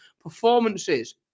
performances